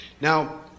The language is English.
Now